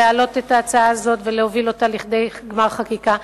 להעלות את ההצעה הזאת ולהוביל אותה לידי גמר חקיקה.